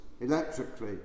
electrically